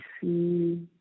see